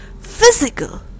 physical